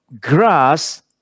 grass